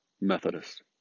Methodist